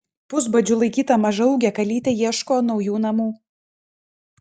pusbadžiu laikyta mažaūgė kalytė ieško naujų namų